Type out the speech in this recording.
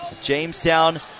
Jamestown